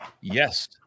Yes